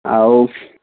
ଆଉ